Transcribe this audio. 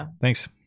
Thanks